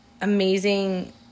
amazing